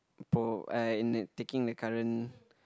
in taking the current